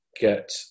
get